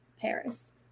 Paris